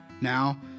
Now